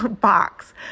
box